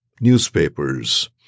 newspapers